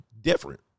different